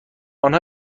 آنها